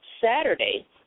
Saturday